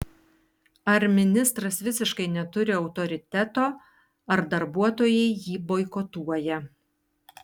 ar ministras visiškai neturi autoriteto ar darbuotojai jį boikotuoja